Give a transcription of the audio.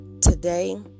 Today